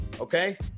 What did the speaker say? Okay